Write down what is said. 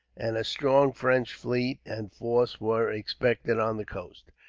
and a strong french fleet and force were expected on the coast.